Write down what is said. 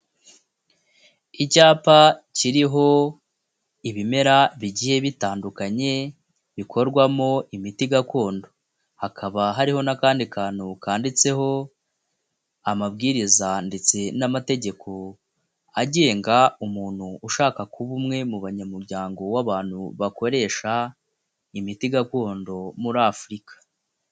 Icyapa kiriho ibimera bigiye bitandukanye bikorwamo imiti gakondo, hakaba hariho n'akandi kantu kandiditseho amabwiriza ndetse n'amategeko agenga umuntu ushaka kuba umwe mu banyamuryango w'abantu bakoresha imiti gakondo muri Afurika.